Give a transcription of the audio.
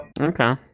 Okay